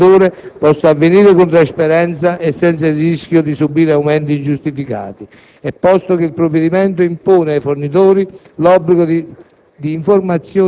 del pregresso fornitore possa avvenire con trasparenza e senza il rischio di subire aumenti ingiustificati. Inoltre, il provvedimento impone ai fornitori l'obbligo di